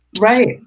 Right